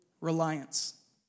reliance